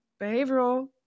behavioral